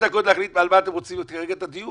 יש לכם שתי דקות להחליט על מה אתם רוצים כרגע את הדיון.